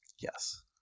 Yes